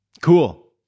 cool